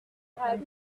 had